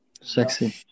Sexy